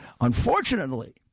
Unfortunately